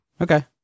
Okay